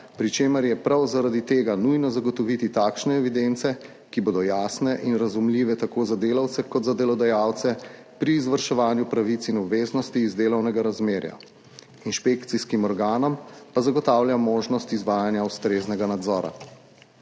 pri čemer je prav zaradi tega nujno zagotoviti takšne evidence, ki bodo jasne in razumljive tako za delavce kot za delodajalce pri izvrševanju pravic in obveznosti iz delovnega razmerja, inšpekcijskim organom pa zagotavlja možnost izvajanja ustreznega nadzora.